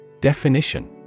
Definition